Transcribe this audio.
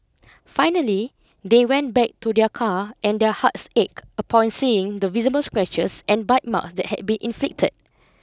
finally they went back to their car and their hearts ache upon seeing the visible scratches and bite mark that had been inflicted